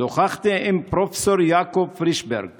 שוחחתי עם פרופ' יעקב פרישברג